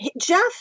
Jeff